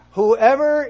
Whoever